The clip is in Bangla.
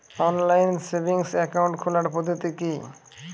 অনলাইন সেভিংস একাউন্ট খোলার পদ্ধতি কি?